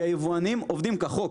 כי היבואנים עובדים כחוק